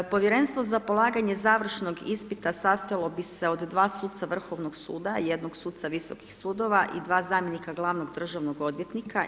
Povjerenstvo za polaganje završnog ispita sastojalo bi se od 2 suca Vrhovnog suda i 1 suca visokih sudova i 2 zamjenika glavnog državnog odvjetnika.